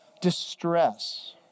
distress